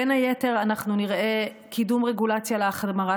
בין היתר אנחנו נראה קידום רגולציה להחמרת